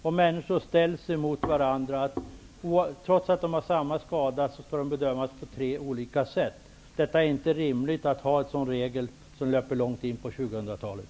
Trots att människor har samma skada, kan den då bedömas på tre olika sätt. Det är inte rimligt att ha en sådan regel, som löper långt in på 2000-talet.